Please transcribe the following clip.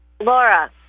Laura